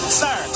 sir